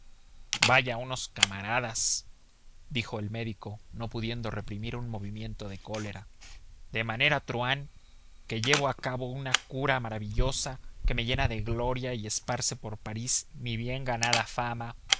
vaya unos camaradas dijo el médico no pudiendo reprimir un movimiento de cólera de manera truhán que llevo a cabo una cura maravillosa que me llena de gloria y esparce por parís mi bien ganada fama